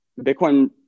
Bitcoin